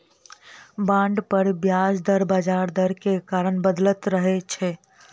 bond पर ब्याज दर बजार दर के कारण बदलैत रहै छै